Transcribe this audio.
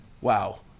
wow